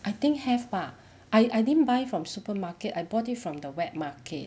I think have bah I I didn't buy from supermarket I bought it from the wet market